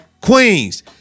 queens